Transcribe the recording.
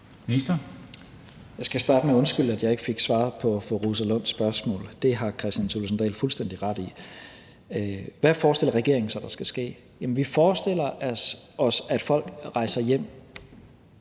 Tesfaye): Jeg skal starte med at undskylde, at jeg ikke fik svaret på fru Rosa Lunds spørgsmål – det har Kristian Thulesen Dahl fuldstændig ret i. Hvad forestiller regeringen sig der skal ske? Jamen vi forestiller os, at folk rejser hjem;